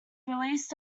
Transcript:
released